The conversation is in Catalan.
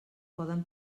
poden